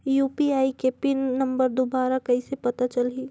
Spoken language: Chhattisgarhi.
यू.पी.आई के पिन नम्बर दुबारा कइसे पता चलही?